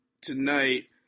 tonight